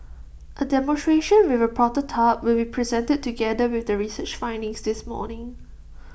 A demonstration with A prototype will be presented together with the research findings this morning